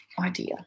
idea